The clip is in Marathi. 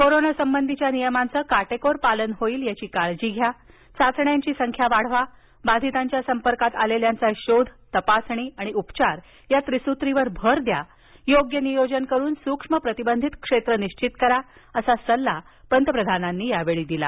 कोरोना संबधीच्या नियमांचं काटेकोर पालन होईल याची काळजी घ्या चाचण्यांची संख्या वाढवा बाधितांच्या संपर्कात आलेल्यांचा शोध तपासणी आणि उपचार या त्रिसूत्रीवर भर द्या योग्य नियोजन करून सूक्ष्म प्रतिबंधित क्षेत्र निश्चित करा असा सल्ला पंतप्रधानांनी यावेळी दिला